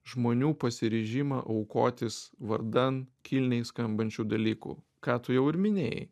žmonių pasiryžimą aukotis vardan kilniai skambančių dalykų ką tu jau ir minėjai